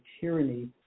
tyranny